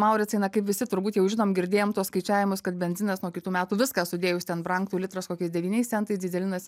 mauricai na kaip visi turbūt jau žinom girdėjom tuos skaičiavimus kad benzinas nuo kitų metų viską sudėjus ten brangtų litras kokiais devyniais centais dyzelinas